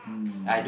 mm